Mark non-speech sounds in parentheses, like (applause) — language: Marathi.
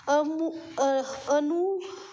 (unintelligible) अ अनु